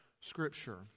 Scripture